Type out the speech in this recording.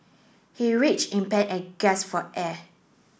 he reach in pain and gasp for air